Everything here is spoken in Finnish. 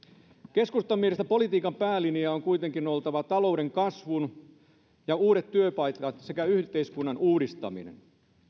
keskustan mielestä politiikan päälinjan on kuitenkin oltava talouden kasvu ja uudet työpaikat sekä yhteiskunnan uudistaminen